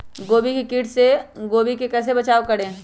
गोभी के किट से गोभी का कैसे बचाव करें?